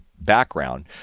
background